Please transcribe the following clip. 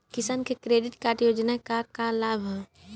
किसान credit card योजना के का का लाभ ह?